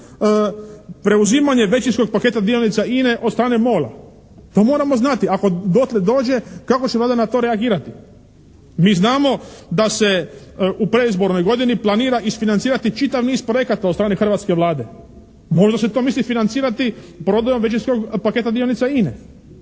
preuzimanje većinskog paketa dionica INA-e od strane MOL-a. Pa moramo znati ako dotle dođe kako ćemo onda na to reagirati. Mi znamo da se u predizbornoj godini planira isfinancirati čitav niz projekata od strane hrvatske Vlade. Možda se to misli financirati prodajom većinskog paketa dionica INA-e.